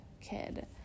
kid